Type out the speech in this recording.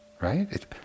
right